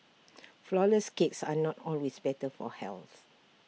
Flourless Cakes are not always better for health